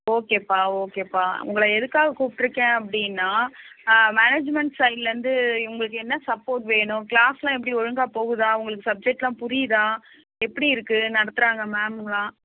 ஓகேப்பா ஓகேப்பா உங்களை எதுக்காக கூப்பிட்ருக்கேன் அப்படின்னா மேனேஜ்மென்ட் சைட்லருந்து உங்களுக்கு என்ன சப்போர்ட் வேணும் க்ளாஸ்லாம் எப்படி ஒழுங்காக போகுதா உங்களுக்கு சப்ஜக்ட்லாம் புரியுதா எப்படி இருக்குது நடத்துகிறாங்க மேம்ங்களாம்